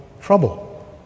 trouble